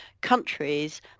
countries